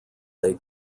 they